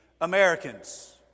Americans